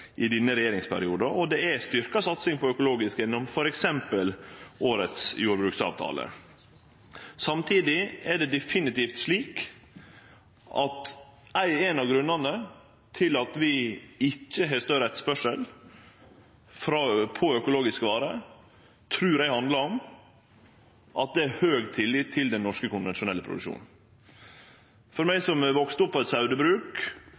i denne regjeringsperioden, og det er ei styrkt satsing på økologisk gjennom f.eks. årets jordbruksavtale. Samtidig er det definitivt slik at ein av grunnane til at vi ikkje har større etterspørsel etter økologiske varer, trur eg handlar om at det er høg tillit til den norske konvensjonelle produksjonen. For meg som er oppvaksen på eit